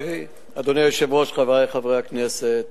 אדוני היושב-ראש, חברי חברי הכנסת,